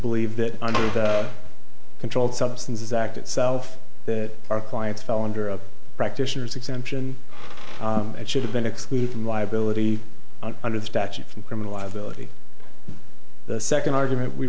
believe that under controlled substances act itself that our clients fell under a practitioner's exemption and should have been excluded from liability under the statute from criminal liability the second argument we